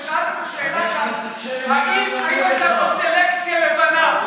ושאלת את השאלה אם הייתה פה סלקציה לבנה,